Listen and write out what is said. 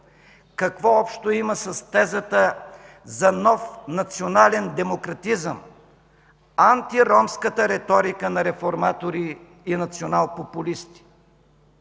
какво общо има с тезата за нов национален демократизъм антиромската реторика на реформатори и националпопулисти,